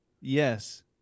Yes